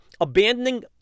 abandoning